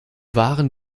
waren